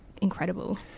incredible